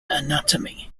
anatomy